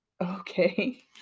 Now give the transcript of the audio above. Okay